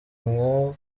nko